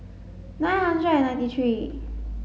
nine hundred and ninety three